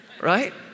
right